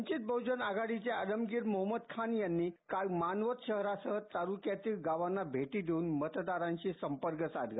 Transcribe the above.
वंचित बहजन आघाडीचे आलमगिर मोहम्मद खान यांनी काल मानवत शहरासह तालूक्यातील गावांना भेटी देऊन मतदारांशी संपर्क साधला